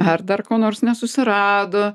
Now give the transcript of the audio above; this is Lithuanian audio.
ar dar ko nors nesusirado